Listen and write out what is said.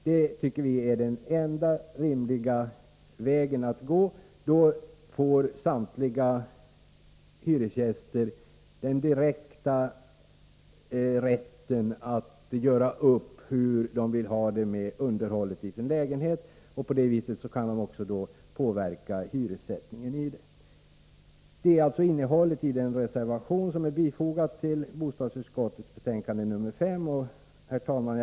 Detta tycker vi är den enda rimliga vägen att gå. Då får samtliga hyresgäster rätt att göra upp direkt om hur de vill ha det med underhållet i sin lägenhet och kan på det sättet påverka hyressättningen. Detta är alltså innehållet i den reservation som är fogad till bostadsutskottets betänkande 5. Herr talman!